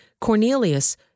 Cornelius